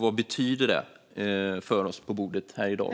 Vad betyder det för oss i dag?